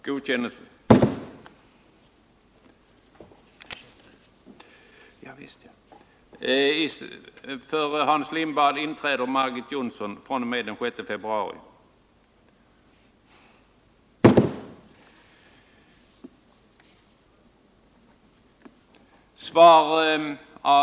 Sedan regeringen beslutade sprida ansvaret för internationella adoptioner på ideella organisationer av olika slag har tre organisationer godkänts av socialstyrelsen och ytterligare en varit föremål för regeringens prövning och eventuella godkännande.